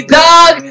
dog